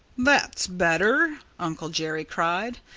that's better! uncle jerry cried.